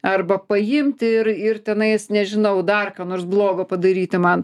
arba paimti ir ir tenais nežinau dar ką nors blogo padaryti man